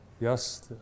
yes